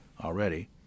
already